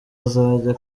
azajya